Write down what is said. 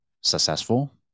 successful